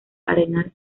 arenal